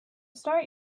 start